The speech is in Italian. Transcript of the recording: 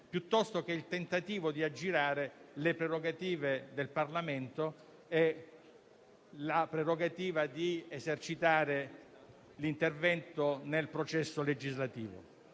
piuttosto che il tentativo di aggirare le prerogative del Parlamento, come quella di esercitare l'intervento nel processo legislativo.